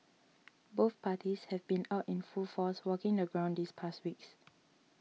both parties have been out in full force walking the ground these past weeks